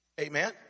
amen